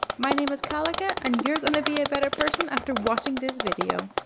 my name is kalica, and you're gonna be a better person after watching this video.